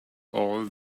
all